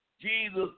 Jesus